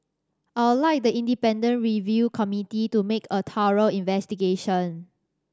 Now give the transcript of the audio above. I'd like the independent review committee to make a thorough investigation